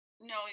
No